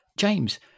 James